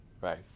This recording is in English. right